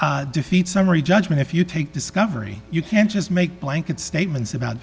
n defeat summary judgment if you take discovery you can't just make blanket statements about